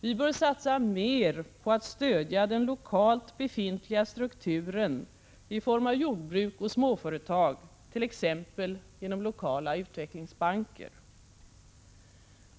Vi bör satsa mer på att stödja den lokalt befintliga strukturen i form av jordbruk och småföretag, t.ex. genom lokala utvecklingsbanker.